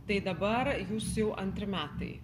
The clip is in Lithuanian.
tai dabar jūs jau antri metai